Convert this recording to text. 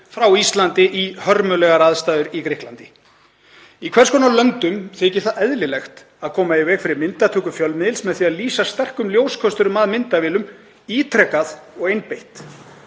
frá Íslandi í hörmulegar aðstæður í Grikklandi? Í hvers konar löndum þykir eðlilegt að koma í veg fyrir myndatöku fjölmiðils með því að lýsa sterkum ljóskösturum að myndavélum ítrekað og einbeitt?